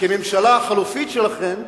כממשלה החלופית שלכם,